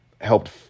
helped